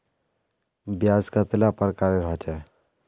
ब्याज कतेला प्रकारेर होचे?